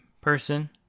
person